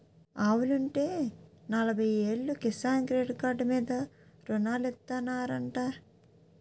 ఆవులుంటే నలబయ్యేలు Kisan credit card మీద రుణాలిత్తనారంటా